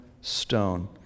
stone